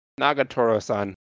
Nagatoro-san